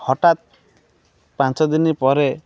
ହଟାତ୍ ପାଞ୍ଚ ଦିନି ପରେ